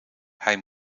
hij